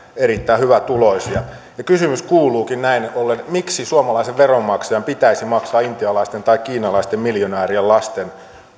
erittäin hyvätuloisia kysymys kuuluukin näin ollen miksi suomalaisen veronmaksajan pitäisi maksaa intialaisten tai kiinalaisten miljonäärien lasten